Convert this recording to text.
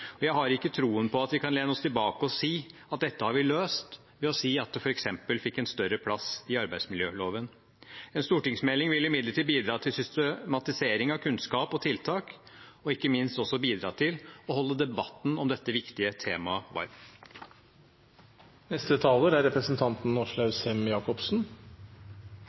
Jeg har ikke tro på at vi kan lene oss tilbake og si at dette har vi løst ved at det f.eks. fikk en større plass i arbeidsmiljøloven. En stortingsmelding vil imidlertid bidra til systematisering av kunnskap og tiltak, og ikke minst vil det bidra til å holde debatten om dette viktige temaet